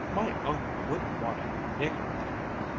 my uncle wouldn't want a nigger there.